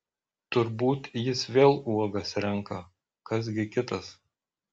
turbūt jis vėl uogas renka kas gi kitas